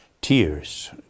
tears